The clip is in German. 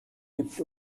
kippt